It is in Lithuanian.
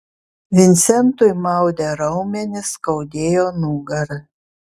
vincentui maudė raumenis skaudėjo nugarą